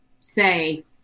say